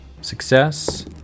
Success